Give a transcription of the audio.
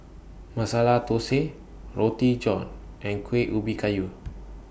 Masala Thosai Roti John and Kueh Ubi Kayu